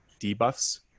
debuffs